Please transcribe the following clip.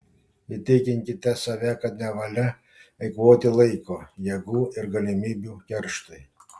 įtikinkite save kad nevalia eikvoti laiko jėgų ir galimybių kerštui